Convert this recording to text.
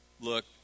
Look